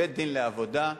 בית-דין לעבודה,